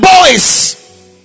boys